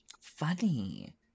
Funny